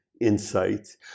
insights